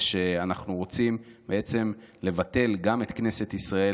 זה שאנחנו רוצים בעצם לבטל גם את כנסת ישראל